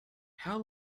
how